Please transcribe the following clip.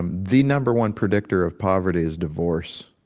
um the number one predictor of poverty is divorce?